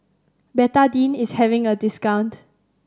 Betadine is having a discount